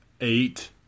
Eight